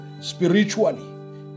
spiritually